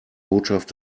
botschaft